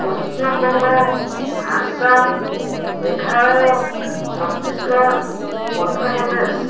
Paschimbanga Assam Meghalaya Chhattisgarh Madhya Pradesh